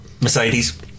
Mercedes